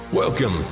Welcome